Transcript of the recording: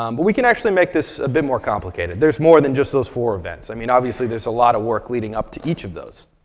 um but we can actually make this a bit more complicated. there's more than just those four events. i mean obviously, there's a lot of work leading up to each of those.